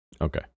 Okay